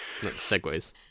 Segways